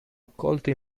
accolto